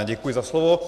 Děkuji za slovo.